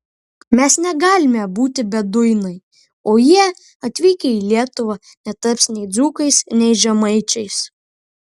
mes negalime būti beduinai o jie atvykę į lietuvą netaps nei dzūkais nei žemaičiais